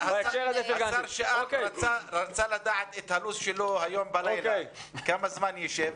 השר רצה לדעת את הלו"ז שלו הלילה, כמה זמן ישב.